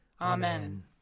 Amen